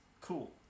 cool